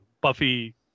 Buffy